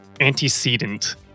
antecedent